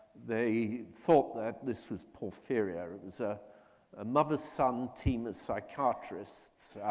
they thought that this was porphyria. it's a ah mother-son team of psychiatrists.